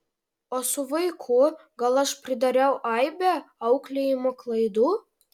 o su vaiku gal aš pridariau aibę auklėjimo klaidų